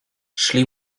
szli